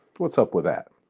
what's up with that?